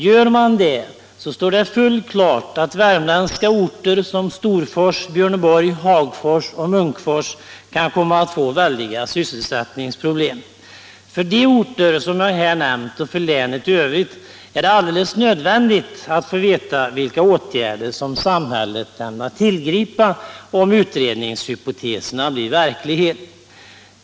Gör man det, så står det fullt klart att värmländska orter som Storfors, Björneborg, Hagfors och Munkfors kan komma att få väldiga sysselsättningsproblem. För de orter som jag här nämnt och för länet i övrigt är det alldeles nödvändigt att få veta vilka åtgärder som samhället ämnar tillgripa om utredningshypoteserna blir verklighet.